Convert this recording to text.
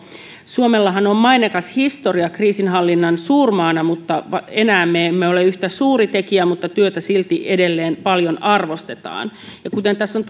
suomellahan on maineikas historia kriisinhallinnan suurmaana mutta enää me emme ole yhtä suuri tekijä mutta työtä silti edelleen paljon arvostetaan ja kuten tässä on